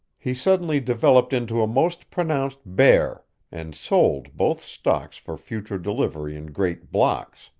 he suddenly developed into a most pronounced bear, and sold both stocks for future delivery in great blocks.